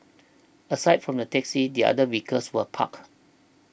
aside from the taxi the other vehicles were parked